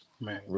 Man